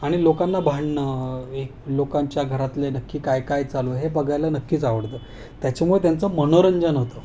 आणि लोकांना भांडणं एक लोकांच्या घरातले नक्की काय काय चालू हे बघायला नक्कीच आवडतं त्याच्यामुळे त्यांचं मनोरंजन होतं